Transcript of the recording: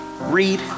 read